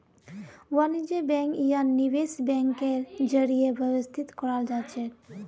वाणिज्य बैंक या निवेश बैंकेर जरीए व्यवस्थित कराल जाछेक